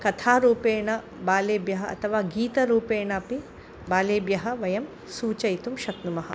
कथारूपेण बालेभ्यः अथवा गीतरूपेण अपि बालेभ्यः वयं सूचयितुं शक्नुमः